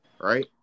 Right